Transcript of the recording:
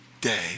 day